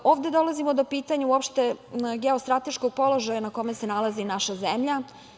Ovde dolazimo do pitanja, uopšte geostrateškog položaja na kome se nalazi naša zemlja.